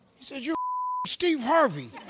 he says, you're steve harvey!